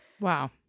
wow